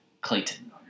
Clayton